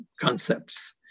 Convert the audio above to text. concepts